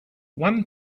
one